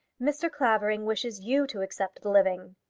mr. clavering wishes you to accept the living.